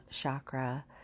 chakra